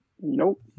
Nope